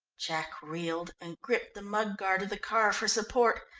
jack reeled and gripped the mud-guard of the car for support,